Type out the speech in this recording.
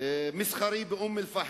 מסחרי באום-אל-פחם.